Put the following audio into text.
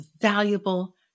valuable